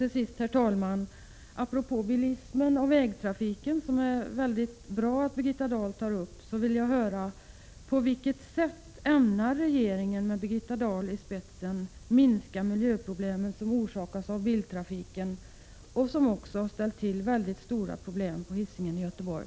Till sist, herr talman, vill jag apropå bilismen och vägtrafiken — som det är bra att Birgitta Dahl tar upp — gärna höra på vilket sätt regeringen med Birgitta Dahl i spetsen ämnar minska de miljöproblem som orsakas av biltrafiken och som också ställt till väldiga problem på Hisingen i Göteborg.